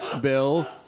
Bill